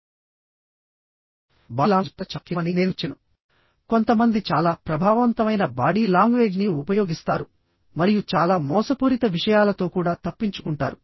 body language పాత్ర చాలా కీలకమని నేను మీకు చెప్పాను కొంతమంది చాలా ప్రభావవంతమైన బాడీ లాంగ్వేజ్ని ఉపయోగిస్తారు మరియు చాలా మోసపూరిత విషయాలతో కూడా తప్పించుకుంటారు